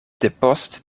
depost